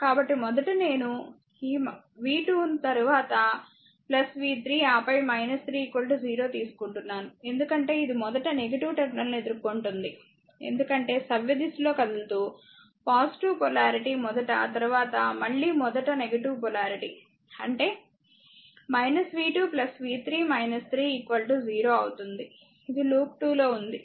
కాబట్టి మొదట నేను ఈ v 2 ను తరువాత v3 ఆపై 3 0 తీసుకుంటున్నాను ఎందుకంటే ఇది మొదట టెర్మినల్ ను ఎదుర్కొంటుంది ఎందుకంటే సవ్యదిశలో కదులుతూ పొలారిటీ మొదట తరువాత మళ్ళీ మొదట పొలారిటీ అంటే v 2 v 3 3 0 అవుతుంది ఇది లూప్ 2 లో ఉంది